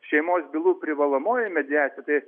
šeimos bylų privalomoji mediacija tai